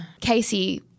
Casey